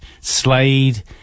Slade